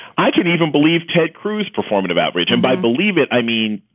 i can't even believe ted cruz performative average. and by believe it. i mean,